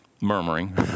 murmuring